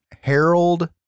Harold